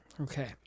Okay